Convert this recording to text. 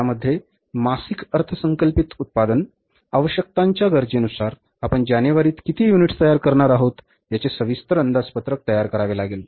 यामध्ये मासिक अर्थसंकल्पित उत्पादन आवश्यकतांच्या गरजेनुसार आपण जानेवारीत किती युनिट्स तयार करणार आहोत याचे सविस्तर अंदाजपत्रक तयार करावे लागेल